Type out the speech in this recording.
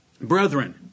Brethren